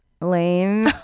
Lame